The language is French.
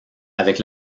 avec